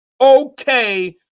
okay